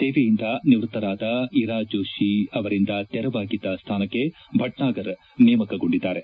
ಸೇವೆಯಿಂದ ನಿವ್ವತ್ತರಾದ ಇರಾ ಜೋಶಿ ಅವರಿಂದ ತೆರವಾಗಿದ್ದ ಸ್ಥಾನಕ್ಕೆ ಭಭ್ನಾಗರ್ ನೇಮಕಗೊಂಡಿದ್ದಾರೆ